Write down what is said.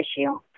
issue